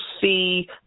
see